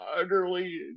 utterly